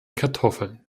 kartoffeln